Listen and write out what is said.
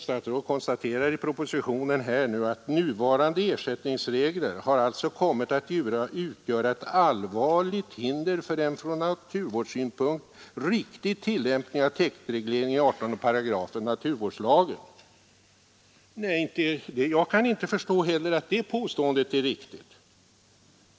Statsrådet konstaterar i propositionen: ”Nuvarande ersättningsregler har alltså kommit att utgöra ett allvarligt hinder för en från naturvårdssynpunkt riktig tillämpning av täktregleringen i 18 § NVL.” Jag kan inte förstå att det påståendet är riktigt.